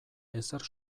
ezer